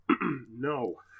No